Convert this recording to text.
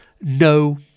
No